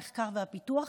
המחקר והפיתוח,